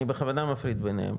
אני בכוונה מפריד ביניהם,